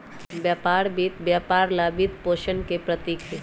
व्यापार वित्त व्यापार ला वित्तपोषण के प्रतीक हई,